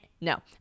No